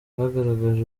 bagaragaje